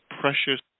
precious